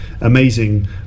amazing